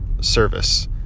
service